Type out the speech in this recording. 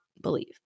believe